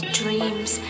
dreams